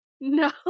no